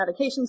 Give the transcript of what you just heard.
medications